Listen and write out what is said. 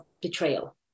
betrayal